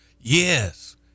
Yes